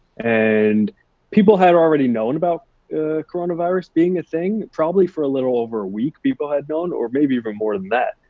and people had already known about coronavirus being a thing. probably for a little over a week, people had known, or maybe even more than that,